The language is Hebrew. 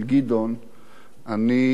אני רוצה לשתף